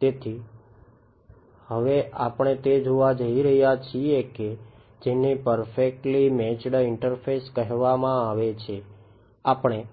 તેથી હવે આપણે તે જોવા જઈ રહ્યા છીએ કે જેને પરફેક્ટલી મેચ્ડ ઇન્ટરફેસ કહેવામાં આવે છે આપણું